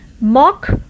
mock